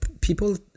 People